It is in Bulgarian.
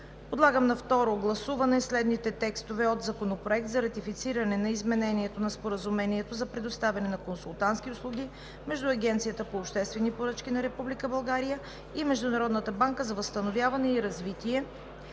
подлагам на второ гласуване следните текстове от Законопроекта за ратифициране на Изменението на Споразумението за предоставяне на консултантски услуги между Агенцията по обществени поръчки на Република България и Международната банка за възстановяване и развитие